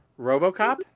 Robocop